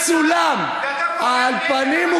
על מה אתם מדברים?